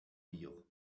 hier